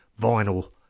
vinyl